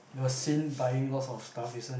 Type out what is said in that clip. was seen buying lots of stuff recent